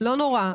לא נורא.